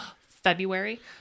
February